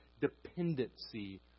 dependency